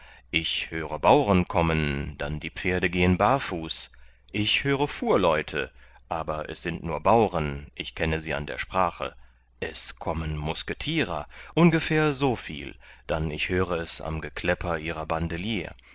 ich höre bauren kommen dann die pferde gehen barfuß ich höre fuhrleute aber es sind nur bauren ich kenne sie an der sprache es kommen musketierer ungefähr so viel dann ich höre es am gekläpper ihrer bandelier